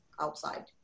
outside